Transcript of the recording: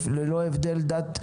ללא הבדל דת,